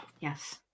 Yes